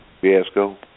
fiasco